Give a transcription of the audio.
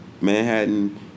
Manhattan